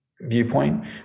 viewpoint